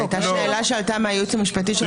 זו הייתה שאלה שעלתה מהייעוץ המשפטי של הוועדה.